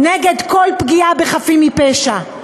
נגד כל פגיעה בחפים מפשע.